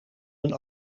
een